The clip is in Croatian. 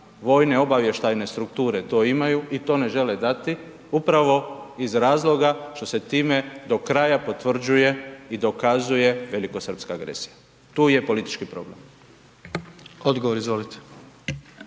vojne, obavještajne strukture to imaju i to ne žele dati upravo iz razloga što se time do kraja potvrđuje i dokazuje velikosrpska agresija, tu je politički problem. **Jandroković,